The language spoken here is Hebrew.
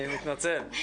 אני מתנצל.